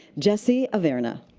jesse averna.